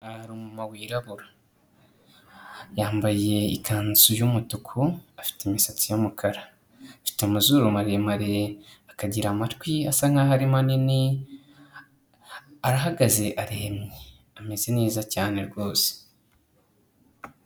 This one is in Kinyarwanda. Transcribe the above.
Aha hari umumama wirabura yambaye ikanzu y'umutuku, afite imisatsi y'umukara amazuru maremare, akagira amatwi asa nk'aho ari manini, arahagaze aremye, ameze neza cyane rwose.